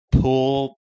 pull